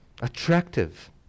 attractive